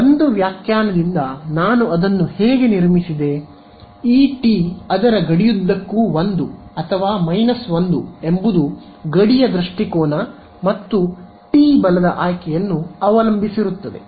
1 ವ್ಯಾಖ್ಯಾನದಿಂದ ನಾನು ಅದನ್ನು ಹೇಗೆ ನಿರ್ಮಿಸಿದೆ ಈ ಟಿ ಅದರ ಗಡಿಯುದ್ದಕ್ಕೂ 1 ಅಥವಾ ಮೈನಸ್ 1 ಎಂಬುದು ಗಡಿಯ ದೃಷ್ಟಿಕೋನ ಮತ್ತು ಟಿ ಬಲದ ಆಯ್ಕೆಯನ್ನು ಅವಲಂಬಿಸಿರುತ್ತದೆ